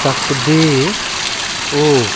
सकदे ओ